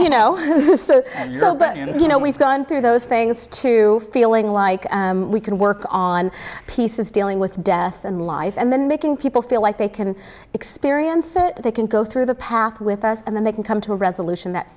but you know we've gone through those things to feeling like we can work on pieces dealing with death and life and then making people feel like they can experience it they can go through the path with us and then they can come to a resolution that